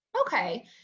Okay